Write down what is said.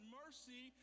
mercy